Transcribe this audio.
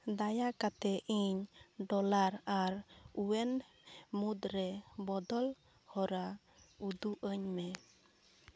ᱫᱟᱭᱟ ᱠᱟᱛᱮᱫ ᱤᱧ ᱰᱚᱞᱟᱨ ᱟᱨ ᱩᱭᱮᱱ ᱢᱩᱫᱽᱨᱮ ᱵᱚᱫᱚᱞ ᱦᱚᱨᱟ ᱩᱫᱩᱜ ᱟᱹᱧᱢᱮ